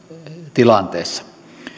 tilanteessa